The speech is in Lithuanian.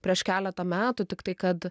prieš keletą metų tiktai kad